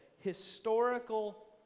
historical